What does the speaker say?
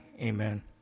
amen